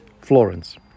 Florence